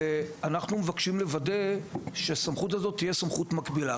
אנחנו מבקשים לוודא שהסמכות הזאת תהיה סמכות מקבילה.